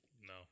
No